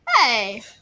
Hey